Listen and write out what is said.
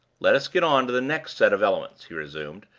let us get on to the next set of events, he resumed,